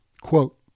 Quote